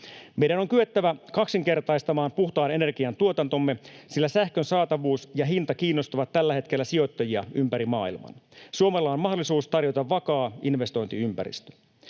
Meidän on kyettävä kaksinkertaistamaan puhtaan energian tuotantomme, sillä sähkön saatavuus ja hinta kiinnostavat tällä hetkellä sijoittajia ympäri maailman. Suomella on mahdollisuus tarjota vakaa investointiympäristö.